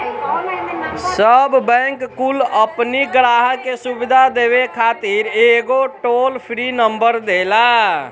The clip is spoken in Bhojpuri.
सब बैंक कुल अपनी ग्राहक के सुविधा देवे खातिर एगो टोल फ्री नंबर देला